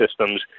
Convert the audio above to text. systems